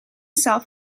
himself